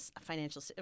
financial